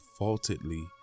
faultedly